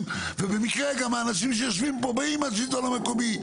ובמקרה גם האנשים שיושבים פה באים מהשלטון המקומי.